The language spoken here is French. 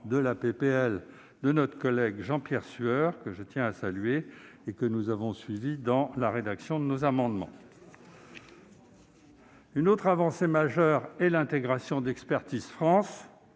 de loi de notre collègue Jean-Pierre Sueur, que je tiens à saluer et que nous avons suivi au travers de la rédaction de nos amendements. Une autre avancée majeure est l'intégration, réclamée